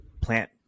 plant